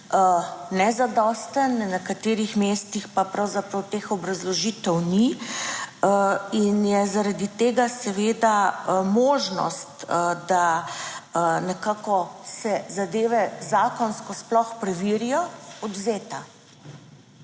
nezadosten, na nekaterih mestih pa pravzaprav teh obrazložitev ni, in je zaradi tega seveda možnost, da nekako se zadeve zakonsko sploh preverijo, odvzeta.